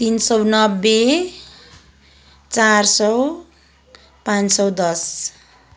तिन सौ नब्बे चार सौ पाँच सौ दस